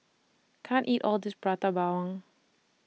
I can't eat All of This Prata Bawang